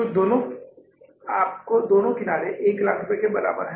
तो आपके दोनों किनारे 100000 के बराबर हैं